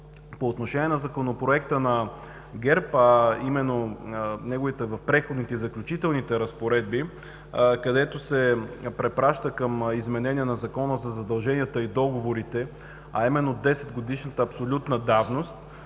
По отношение на Законопроекта на ГЕРБ, а именно в неговите Преходни и заключителни разпоредби, където се препраща към изменение на Закона за задълженията и договорите, а именно 10-годишната абсолютна давност,